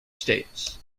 states